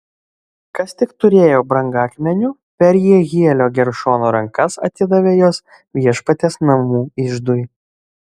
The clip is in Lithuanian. kas tik turėjo brangakmenių per jehielio geršono rankas atidavė juos viešpaties namų iždui